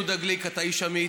יהודה גליק, אתה איש אמיץ,